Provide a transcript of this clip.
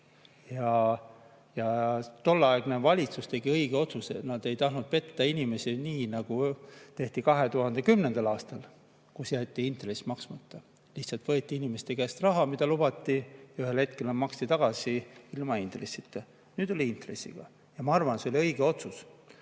ja tolleaegne valitsus tegi õige otsuse. Nad ei tahtnud petta inimesi nii, nagu tehti 2010. aastal, kui jäeti intress maksmata. Lihtsalt võeti inimeste käest raha, mida oli lubatud, ja ühel hetkel maksti tagasi ilma intressita. Nüüd maksti intressiga. Ma arvan, et see oli õige otsus.